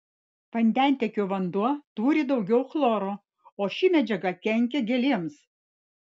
vandentiekio vanduo turi daugiau chloro o ši medžiaga kenkia gėlėms